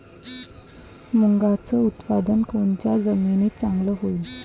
मुंगाचं उत्पादन कोनच्या जमीनीत चांगलं होईन?